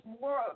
more